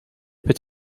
peut